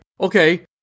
okay